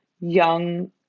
young